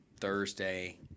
Thursday